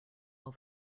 all